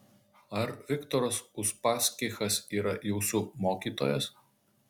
ar viktoras uspaskichas yra jūsų mokytojas